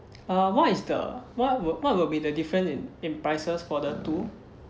uh what is the what will what will be the difference in in prices for the two